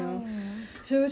cause my own friends